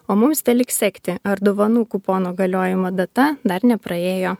o mums teliks sekti ar dovanų kupono galiojimo data dar nepraėjo